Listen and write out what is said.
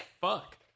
fuck